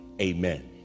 Amen